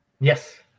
Yes